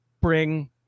bring